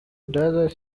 does